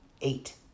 eight